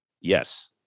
Yes